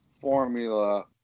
formula